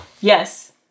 Yes